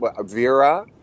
Vera